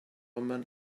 women